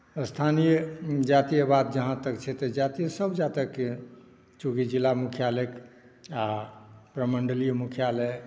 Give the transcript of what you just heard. स्थानीय जातिवाद जहाँ तक छै तऽ सभजातककेँ चूँकि जिला मुख्यालय आओर प्रमण्डलीय मुख्यालय